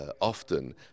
often